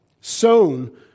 sown